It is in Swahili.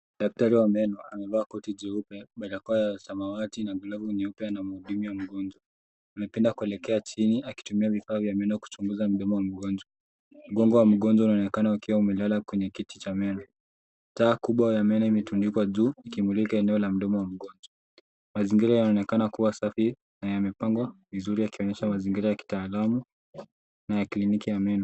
Daktari wa meno amevaa koti jeupe barakoa ya samawati na glavu nyeupe anamhudumia mgonjwa. Anapinda akielekea chini akitumia vifaa vya meno kuchunguza mdomo wa mgonjwa. Mgongo wa mgonjwa unaonekana ukiwa umelala kwenye kiti cha meno. Taa kubwa ya meno imetundikwa juu ikimulika eneo la mdomo wa mgonjwa. Mazingira yanaonekana kuwa safi na yamepangwa vizuri, yakionyesha mazingira ya kitaalamu na ya kliniki ya meno.